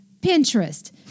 Pinterest